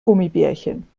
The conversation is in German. gummibärchen